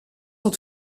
sont